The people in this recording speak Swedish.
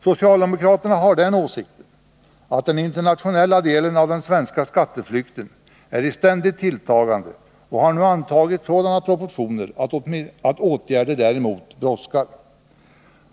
Socialdemokraterna har den åsikten att den internationella delen av den svenska skatteflykten är i ständigt tilltagande och nu har antagit sådana Nr 34 proportioner att åtgärder mot den brådskar.